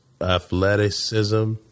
athleticism